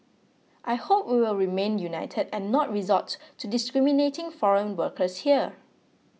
I hope we will remain united and not resort to discriminating foreign workers here